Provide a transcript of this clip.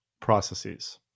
processes